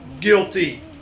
guilty